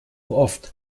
oft